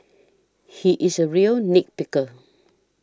he is a real nit picker